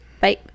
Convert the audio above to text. Bye